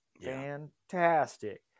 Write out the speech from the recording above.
fantastic